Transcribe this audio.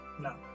No